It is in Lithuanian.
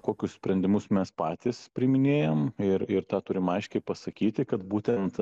kokius sprendimus mes patys priiminėjam ir ir tą turim aiškiai pasakyti kad būtent